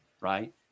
right